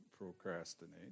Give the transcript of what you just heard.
procrastinate